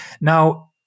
Now